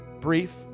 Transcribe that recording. brief